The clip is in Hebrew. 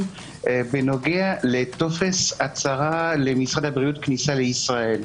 בנוגע לטופס הצהרה למשרד הבריאות כניסה ישראל,